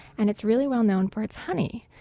and it's really well-known for its honey.